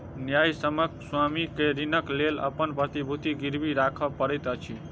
न्यायसम्यक स्वामी के ऋणक लेल अपन प्रतिभूति गिरवी राखअ पड़ैत अछि